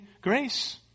grace